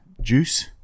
juice